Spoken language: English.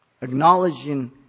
Acknowledging